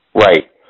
Right